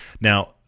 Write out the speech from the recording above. now